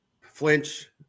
flinch